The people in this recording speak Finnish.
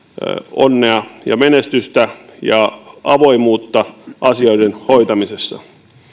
onnea ja menestystä ja avoimuutta asioiden hoitamisessa